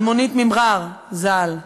אלמונית ממע'אר ז"ל,